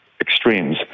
extremes